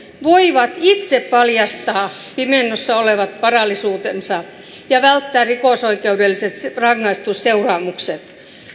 voivat itse paljastaa pimennossa olevat varallisuutensa ja välttää rikosoikeudelliset rangaistusseuraamukset